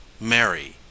Mary